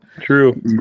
true